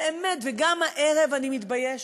באמת, וגם הערב אני מתביישת.